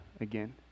again